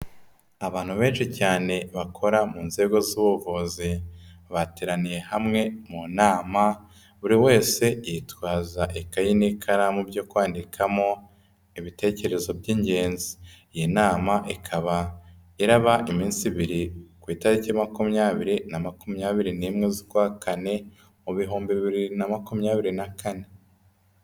Abantu benshi cyane bakora mu nzego z'ubuvuzi, bateraniye hamwe mu nama, buri wese yitwaza ikayi n'ikaramu byo kwandikamo ibitekerezo by'ingenzi. Iyi nama, ikaba iraba iminsi ibiri, ku itariki makumyabiri na makumyabiri n'imwe z'ukwakane, mu bihumbi bibiri na makumyabiri na kane.